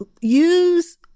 use